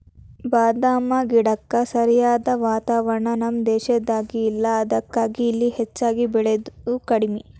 ಬಾದಾಮ ಗಿಡಕ್ಕ ಸರಿಯಾದ ವಾತಾವರಣ ನಮ್ಮ ದೇಶದಾಗ ಇಲ್ಲಾ ಅದಕ್ಕಾಗಿ ಇಲ್ಲಿ ಹೆಚ್ಚಾಗಿ ಬೇಳಿದು ಕಡ್ಮಿ